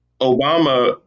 Obama